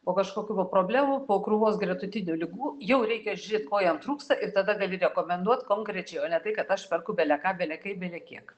po kažkokių va problemų po krūvos gretutinių ligų jau reikia žiūrėt ko jam trūksta ir tada gali rekomenduot konkrečiai o ne tai kad aš perku beleką belekaip belekiek